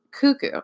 cuckoo